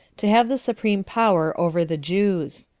to have the supreme power over the jews.